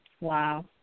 Wow